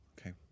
Okay